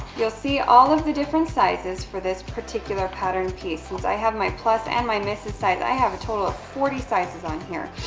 you'll see all of the different sizes for this particular pattern piece. since i have my plus and my misses sizes, i have a total of forty sizes on here.